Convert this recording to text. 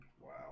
Wow